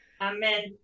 Amen